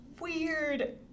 weird